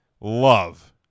love